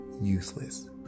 useless